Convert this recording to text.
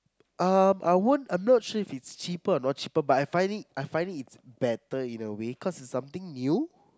um I won't I'm not sure if it is cheaper or not cheaper but I found it I found it better in a way cause it is something new